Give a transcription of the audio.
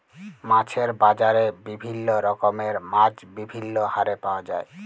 মাছের বাজারে বিভিল্য রকমের মাছ বিভিল্য হারে পাওয়া যায়